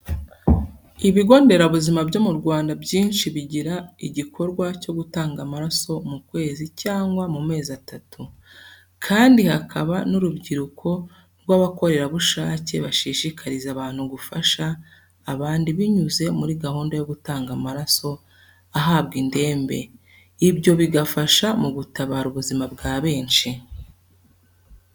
Ibigo nderabuzima byo mu Rwanda byinshi bigira igikorwa cyo gutanga amaraso mu kwezi cyangwa mu mezi atatu, kandi hakaba n'urubyiruko rw'abakorerabushake bashishikariza abantu gufasha abandi binyuze muri gahunda yo gutanga amaraso ahabwa indembe, ibyo bigafasha mu gutabara ubuzima bwa benshi.